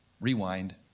rewind